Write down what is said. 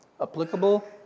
applicable